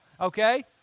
okay